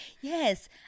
Yes